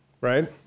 right